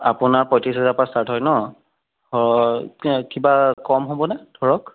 আপোনাৰ পয়ঁত্ৰিশ হাজাৰৰ পৰা ষ্টাৰ্ট হয় ন হয় কিবা কম হ'ব নে ধৰক